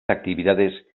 actividades